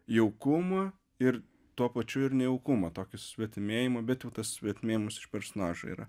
jaukumą ir tuo pačiu ir nejaukumą tokį susvetimėjimą bet jau tas susvetimėjimas iš personažų yra